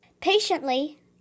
Patiently